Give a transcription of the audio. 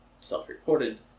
self-reported